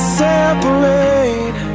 separate